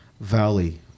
Valley